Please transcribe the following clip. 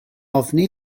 ofni